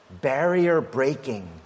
barrier-breaking